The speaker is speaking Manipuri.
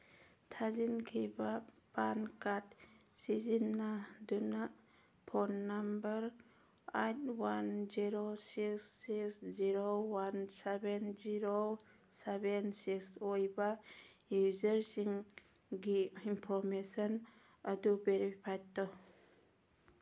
ꯊꯥꯖꯤꯟꯈꯤꯕ ꯄꯥꯟ ꯀꯥꯔꯠ ꯁꯤꯖꯤꯟꯅꯗꯨꯅ phone number eight one zero six six zero one seven zero seven six ꯑꯣꯏꯕ ꯌꯨꯖꯔꯁꯤꯡꯒꯤ ꯏꯟꯐꯣꯔꯃꯦꯁꯟ ꯑꯗꯨ ꯚꯦꯔꯤꯐꯥꯏ ꯇꯧ